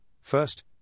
first